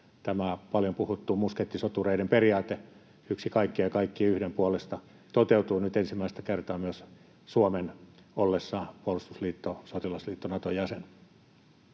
Tämä paljon puhuttu muskettisotureiden periaate, yksi kaikkien ja kaikki yhden puolesta, toteutuu nyt ensimmäistä kertaa myös Suomen ollessa puolustusliitto, sotilasliitto Naton jäsen.